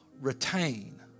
retain